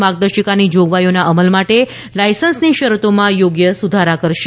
માર્ગદર્શિકાની જોગવાઇઓના અમલ માટે લાઇસન્સની શરતોમાં યોગ્ય સુધારા કરશે